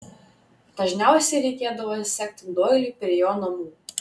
dažniausiai reikėdavo sekti doilį prie jo namų